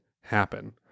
happen